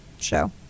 show